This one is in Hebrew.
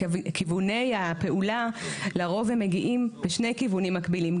כיווני הפעולה לרוב הם מגיעים בשני כיוונים מקבילים.